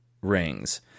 rings